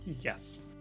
Yes